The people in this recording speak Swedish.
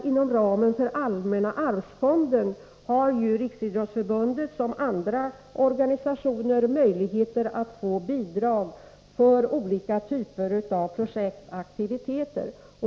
Inom ramen för allmänna arvsfonden har nämligen Riksidrottsförbundet som andra organisationer möjlighet att få bidrag för olika typer av projekt och aktiviteter.